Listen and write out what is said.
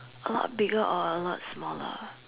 a lot bigger or a lot smaller